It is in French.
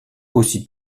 aussi